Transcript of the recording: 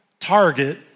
target